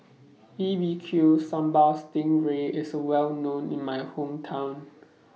B B Q Sambal Sting Ray IS Well known in My Hometown